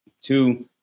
two